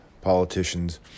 politicians